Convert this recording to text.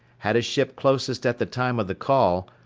had a ship closest at the time of the call,